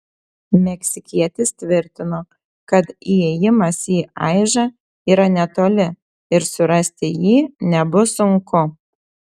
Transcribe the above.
meksikietis tvirtino kad įėjimas į aižą yra netoli ir surasti jį nebus sunku